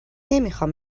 نمیخوام